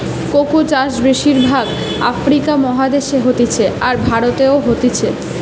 cocoa চাষ বেশির ভাগ আফ্রিকা মহাদেশে হতিছে, আর ভারতেও হতিছে